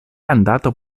andato